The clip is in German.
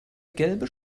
gelbe